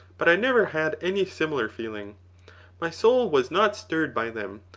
but i never had any similar feeling my soul was not stirred by them,